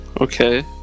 Okay